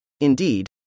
Indeed